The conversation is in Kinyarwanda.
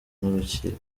n’urukiko